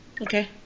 Okay